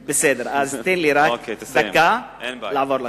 בסדר, אז תן לי רק דקה לעבור לסוף.